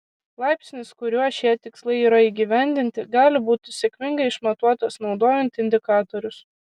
laipsnis kuriuo šie tikslai yra įgyvendinti gali būti sėkmingai išmatuotas naudojant indikatorius